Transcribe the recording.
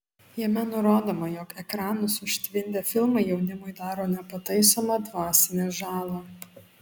jame nurodoma jog ekranus užtvindę filmai jaunimui daro nepataisomą dvasinę žalą